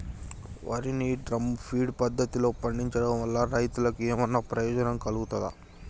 వరి ని drum feed పద్ధతిలో పండించడం వల్ల రైతులకు ఏమన్నా ప్రయోజనం కలుగుతదా?